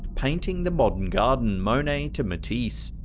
painting the modern garden monet to matisse,